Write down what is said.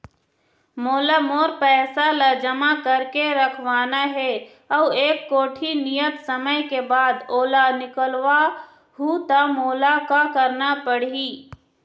मोला मोर पैसा ला जमा करके रखवाना हे अऊ एक कोठी नियत समय के बाद ओला निकलवा हु ता मोला का करना पड़ही?